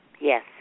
Yes